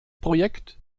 projekt